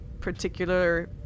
particular